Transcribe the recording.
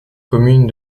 commune